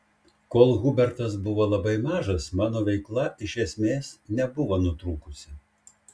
kol hubertas buvo labai mažas mano veikla iš esmės nebuvo nutrūkusi